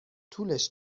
طولش